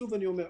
שוב אני אומר,